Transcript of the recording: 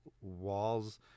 walls